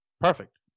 Perfect